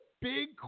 big